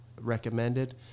recommended